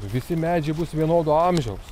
visi medžiai bus vienodo amžiaus